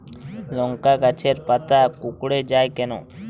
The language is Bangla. লংকা গাছের পাতা কুকড়ে যায় কেনো?